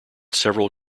several